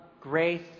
grace